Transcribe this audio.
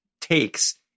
takes